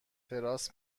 تراس